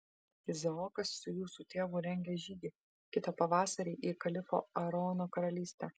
izaokas su jūsų tėvu rengia žygį kitą pavasarį į kalifo aarono karalystę